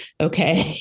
Okay